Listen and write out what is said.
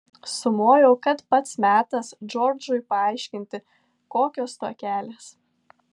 sumojau kad pats metas džordžui paaiškinti kokios tokelės